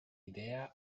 idea